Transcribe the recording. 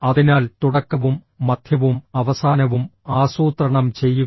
അതിനാൽ തുടക്കവും മധ്യവും അവസാനവും ആസൂത്രണം ചെയ്യുക